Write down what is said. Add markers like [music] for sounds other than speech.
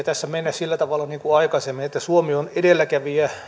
[unintelligible] tässä mennä sillä tavalla niin kuin aikaisemmin että suomi on edelläkävijä